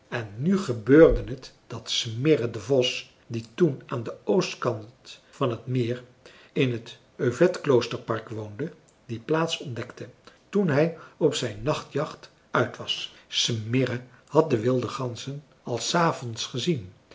en nu gebeurde het dat smirre de vos die toen aan den oostkant van het meer in t övedkloosterpark woonde die plaats ontdekte toen hij op zijn nachtjacht uit was smirre had de wilde ganzen al s avonds gezien